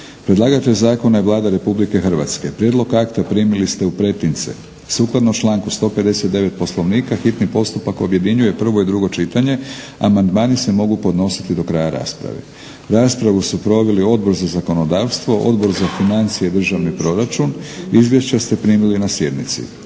Predlagatelj zakona je Vlada RH. Prijedlog akta primili ste u pretince. Sukladno članku 159. Poslovnika hitni postupak objedinjuje prvo i drugo čitanje. Amandmani se mogu podnositi do kraja rasprave. Raspravu su proveli Odbor za zakonodavstvo, Odbor za financije i državni proračun. Izvješća ste primili na sjednici.